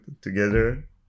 together